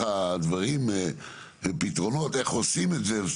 הדברים פתרונות ואיך עושים את זה.